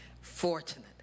fortunate